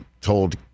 told